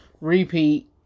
repeat